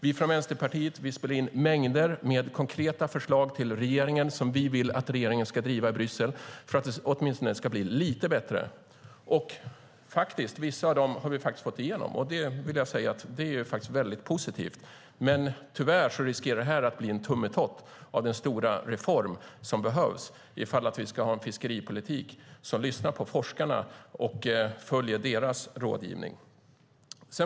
Vi från Vänsterpartiet spelar in mängder med konkreta förslag till regeringen som vi vill att regeringen ska driva i Bryssel för att det åtminstone ska bli lite bättre. Vissa av dem har vi faktiskt fått igenom. Det vill jag säga är väldigt positivt. Men tyvärr riskerar det här att bli en tummetott av den stora reform som behövs om vi ska ha en fiskeripolitik där man lyssnar på forskarna och följer deras rådgivning.